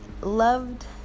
loved